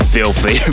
Filthy